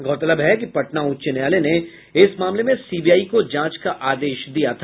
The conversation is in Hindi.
गौरतलब है कि पटना उच्च न्यायालय ने इस मामले में सीबीआई को जांच का आदेश दिया था